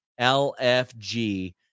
LFG